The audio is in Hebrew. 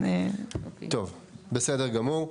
טוב, בסדר גמור.